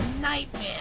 nightmare